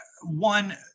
one